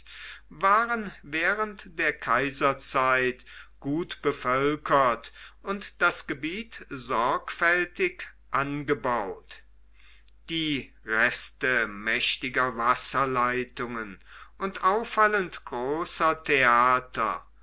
waren während der kaiserzeit gut bevölkert und das gebiet sorgfältig angebaut die reste mächtiger wasserleitungen und auffallend großer theater